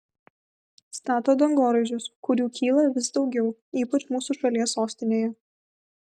stato dangoraižius kurių kyla vis daugiau ypač mūsų šalies sostinėje